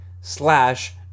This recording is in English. slash